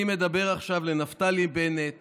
אני אומר עכשיו לנפתלי בנט